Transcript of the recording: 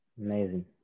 Amazing